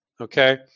okay